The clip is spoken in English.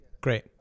Great